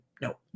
No